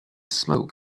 smoke